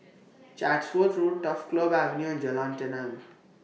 Chatsworth Road Turf Club Avenue and Jalan Tenang